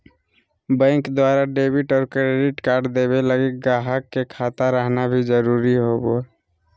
bank द्वारा debit और credit card देवे लगी गाहक के खाता रहना भी जरूरी होवो